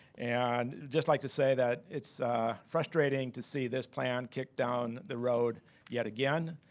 and just like to say that it's frustrating to see this plan kicked down the road yet again.